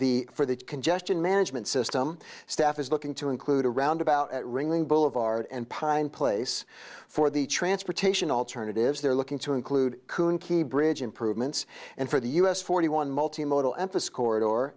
the for the congestion management system staff is looking to include around about ringling boulevard and pine place for the transportation alternatives they're looking to include coon key bridge improvements and for the u s forty one multi modal emphasis co